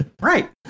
Right